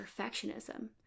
perfectionism